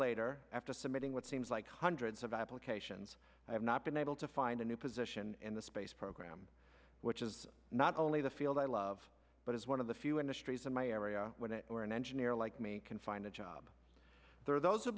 later after submitting what seems like hundreds of applications i have not been able to find a new position in the space program which is not only the field i love but is one of the few industries in my area when it or an engineer like me can find a job there are those